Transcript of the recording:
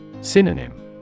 Synonym